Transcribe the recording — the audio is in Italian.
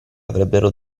avrebbero